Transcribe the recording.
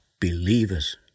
believers